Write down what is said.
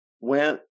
went